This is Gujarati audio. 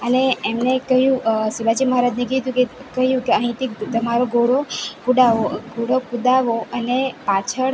અને એમને કહ્યું શિવાજી મહારાજને કીધું કે કહ્યું કે અહીંથી તમારો ઘોડો ઉડાવો ઘોડો કુદાવો અને પાછળ